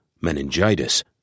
meningitis